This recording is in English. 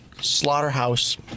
slaughterhouse